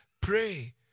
pray